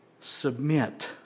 submit